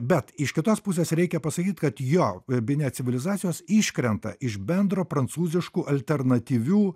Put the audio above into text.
bet iš kitos pusės reikia pasakyt kad jo bine civilizacijos iškrenta iš bendro prancūziškų alternatyvių